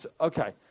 Okay